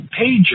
pager